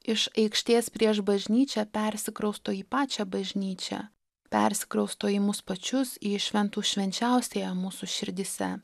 iš aikštės prieš bažnyčią persikrausto į pačią bažnyčią persikrausto į mus pačius į šventų švenčiausiąją mūsų širdyse